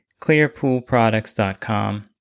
clearpoolproducts.com